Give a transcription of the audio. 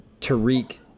Tariq